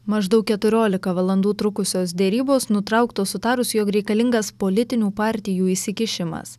maždaug keturiolika valandų trukusios derybos nutrauktos sutarus jog reikalingas politinių partijų įsikišimas